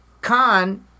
Khan